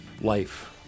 life